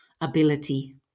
ability